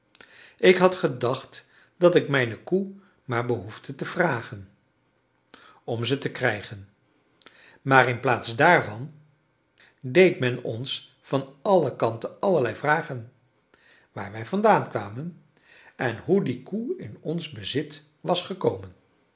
ik had gedacht dat ik mijne koe maar behoefde te vragen om ze te krijgen maar inplaats daarvan deed men ons van alle kanten allerlei vragen waar wij vandaan kwamen en hoe die koe in ons bezit was gekomen